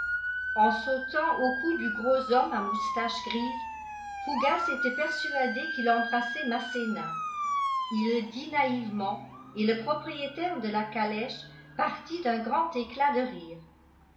en sautant au cou du gros homme à moustache grise fougas était persuadé qu'il embrassait masséna il le dit naïvement et le propriétaire de la calèche partit d'un grand éclat de rire